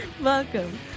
welcome